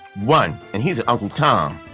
one, and he's an uncle tom.